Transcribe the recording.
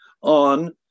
on